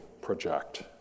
project